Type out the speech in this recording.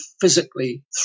physically